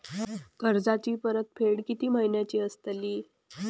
कर्जाची परतफेड कीती महिन्याची असतली?